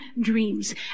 dreams